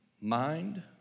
mind